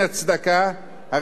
הרי זה חילל את ה',